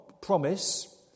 promise